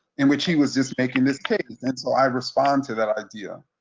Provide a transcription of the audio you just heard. in which he was just making this case and so i respond to that idea.